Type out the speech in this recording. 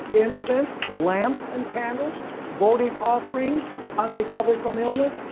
incense, lamps, and candles votive offerings on recovery from illness,